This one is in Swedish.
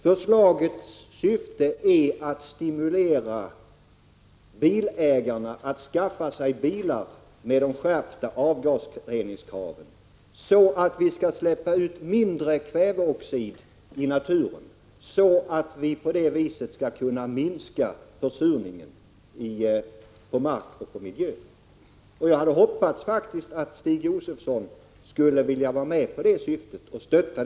Förslagets syfte är att stimulera bilägarna att skaffa sig bilar, som uppfyller de skärpta kraven på avgasrening, så att det släpps ut mindre med kväveoxid i naturen med påföljd att försurningen i mark och miljö minskar. Jag hoppades faktiskt att Stig Josefson ville ställa sig bakom detta.